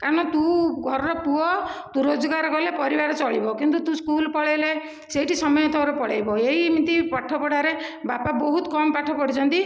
କାରଣ ତୁ ଘରର ପୁଅ ତୁ ରୋଜଗାର କଲେ ପରିବାର ଚଳିବ କିନ୍ତୁ ତୁ ସ୍କୁଲ ପଳେଇଲେ ସେଇଠି ସମୟ ତୋ'ର ପଳାଇବ ଏଇମିତି ପାଠ ପଢ଼ାରେ ବାପା ବହୁତ କମ ପାଠ ପଢ଼ିଚନ୍ତି